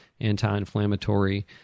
anti-inflammatory